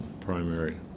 primary